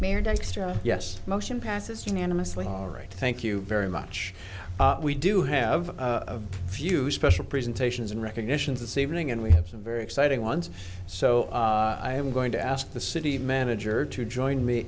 mayor dextre yes motion passes unanimously all right thank you very much we do have a few special presentations and recognitions this evening and we have some very exciting ones so i am going to ask the city manager to join me